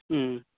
ᱦᱩᱸ